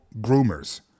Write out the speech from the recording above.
groomers